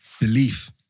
belief